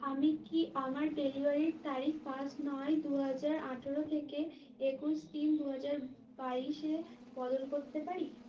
আমি কি আমার ডেলিভারির তারিখ পাঁচ নয় দু হাজার আঠেরো থেকে একুশ তিন দু হাজার বাইশে বদল করতে পারি